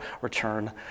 return